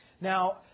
Now